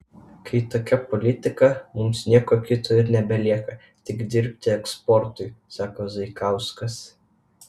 kai tokia politika mums nieko kito ir nebelieka tik dirbti eksportui sako zaikauskas